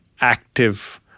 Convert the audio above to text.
active